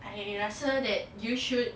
I rasa that you should